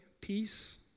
peace